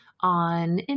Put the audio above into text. on